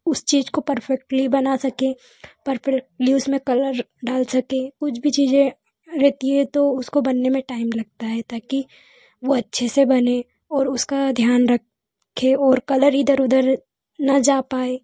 उस चीज़ को पर्फ़ेक्टली बना सके पर्फ़ेक्टली उसमें कलर डाल सकें कुछ भी चीज़ें रहती हैं तो उसको बनने में टाइम लगता है ताकि वो अच्छे से बने ओर उसका ध्यान रखे ओर कलर इधर उधर ना जा पाए